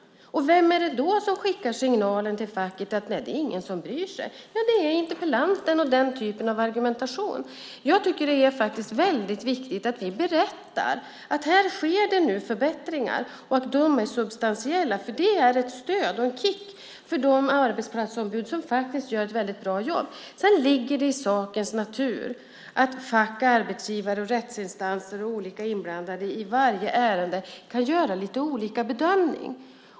Vem är det då som skickar signalen till facket att det inte är någon som bryr sig? Det är interpellanten och den typen av argumentation. Jag tycker att det är väldigt viktigt att vi berättar att här sker det nu förbättringar och att de är substantiella. För det är ett stöd och en kick för de arbetsplatsombud som faktiskt gör ett väldigt bra jobb. Det ligger i sakens natur att fack, arbetsgivare, rättsinstanser och olika inblandade i varje ärende kan göra lite olika bedömning.